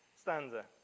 stanza